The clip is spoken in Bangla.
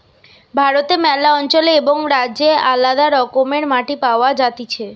ভারতে ম্যালা অঞ্চলে এবং রাজ্যে আলদা রকমের মাটি পাওয়া যাতিছে